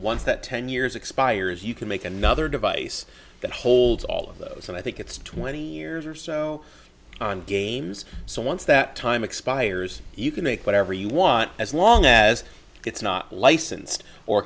once that ten years expires you can make another device that holds all of those and i think it's twenty years or so on games so once that time expires you can make whatever you want as long as it's not licensed or